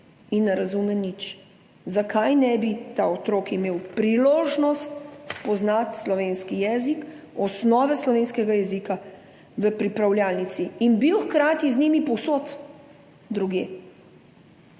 in ne razume nič. Zakaj ne bi ta otrok imel priložnosti spoznati slovenski jezik, osnove slovenskega jezika v pripravljalnici in bil hkrati z njimi povsod drugod?